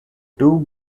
two